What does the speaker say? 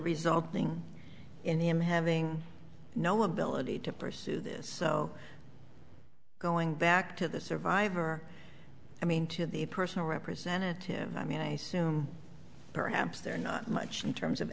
resulting in the him having no ability to pursue this so going back to the survivor i mean to the personal representative i mean i soon perhaps they're not much in terms of